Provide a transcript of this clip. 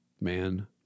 Man